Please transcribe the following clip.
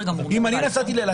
אם אני נסעתי לאילת,